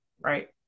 right